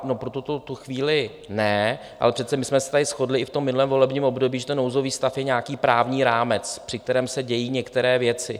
No pro tuto chvíli ne, ale přece my jsme se tady shodli i v tom minulém volebním období, ten nouzový stav je nějaký právní rámec, při kterém se dějí některé věci.